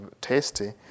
tasty